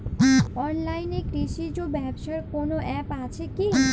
অনলাইনে কৃষিজ ব্যবসার কোন আ্যপ আছে কি?